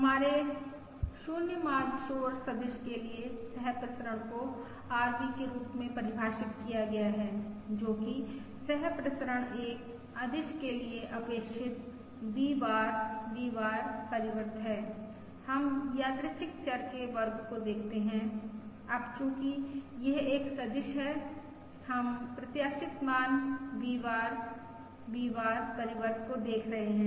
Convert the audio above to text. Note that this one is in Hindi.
हमारे 0 माध्य शोर सदिश के लिए सहप्रसरण को RV के रूप में परिभाषित किया गया है जो कि सहप्रसरण एक अदिश के लिए अपेक्षित V बार V बार परिवर्त हैं हम यादृच्छिक चर के वर्ग को देखते हैं अब चूंकि यह एक सदिश है हम प्रत्याशित मान V बार V बार परिवर्त को देख रहे हैं